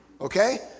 Okay